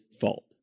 fault